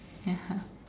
(uh huh)